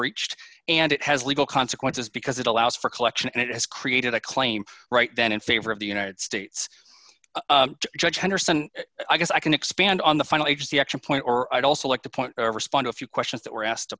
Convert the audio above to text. breached and it has legal consequences because it allows for collection and it has created a claim right then in favor of the united states judge henderson i guess i can expand on the final agency action point or i'd also like to point respond a few questions that were asked